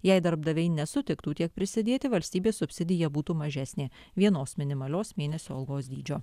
jei darbdaviai nesutiktų tiek prisidėti valstybės subsidija būtų mažesnė vienos minimalios mėnesio algos dydžio